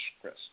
Chris